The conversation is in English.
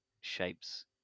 shapes